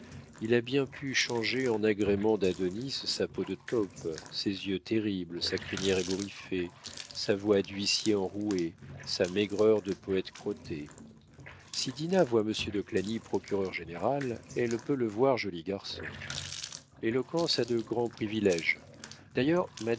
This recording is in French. il a bien pu changer en agréments d'adonis sa peau de taupe ses yeux terribles sa crinière ébouriffée sa voix d'huissier enroué sa maigreur de poète crotté si dinah voit monsieur de clagny procureur-général elle peut le voir joli garçon l'éloquence a de grands priviléges d'ailleurs